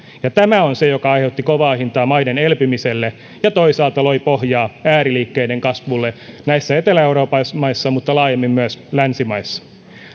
tämä on se mikä aiheutti kovaa hintaa maiden elpymiselle ja toisaalta loi pohjaa ääriliikkeiden kasvulle näissä etelä euroopan maissa mutta laajemmin myös länsimaissa